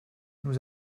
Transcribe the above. nous